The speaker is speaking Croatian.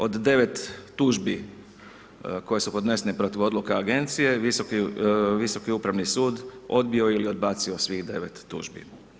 Od 9 tužbi koje su podnesene protiv odluka agencije Visoki upravni sud odbio je ili odbacio svih 9 tužbi.